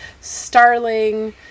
starling